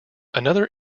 another